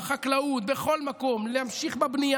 כל אבן.